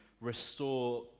restore